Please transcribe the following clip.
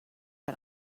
but